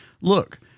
look